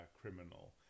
criminal